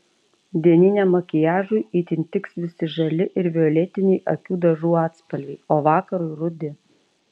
dieniniam makiažui itin tiks visi žali ir violetiniai akių dažų atspalviai o vakarui rudi